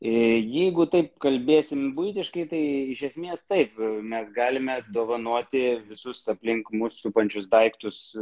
į jeigu taip kalbėsime buitiškai tai iš esmės taip mes galime apdovanoti visus aplink mus supančius daiktus